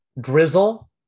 Drizzle